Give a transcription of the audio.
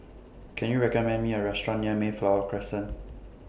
Can YOU recommend Me A Restaurant near Mayflower Crescent